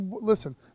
listen